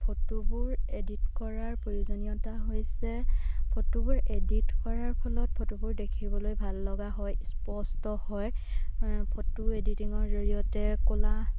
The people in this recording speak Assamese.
ফটোবোৰ এডিট কৰাৰ প্ৰয়োজনীয়তা হৈছে ফটোবোৰ এডিট কৰাৰ ফলত ফটোবোৰ দেখিবলৈ ভাল লগা হয় স্পষ্ট হয় ফটো এডিটিঙৰ জৰিয়তে ক'লা